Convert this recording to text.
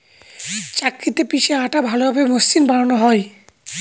চাক্কিতে পিষে আটা ভালোভাবে মসৃন বানানো হয়